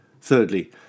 Thirdly